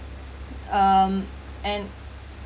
um and